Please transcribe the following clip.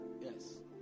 yes